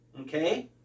okay